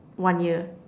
one year